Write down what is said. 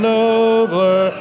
nobler